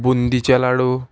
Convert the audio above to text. बुंदीचे लाडू